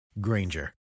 granger